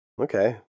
Okay